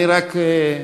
אני רק,